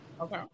okay